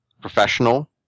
professional